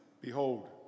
Behold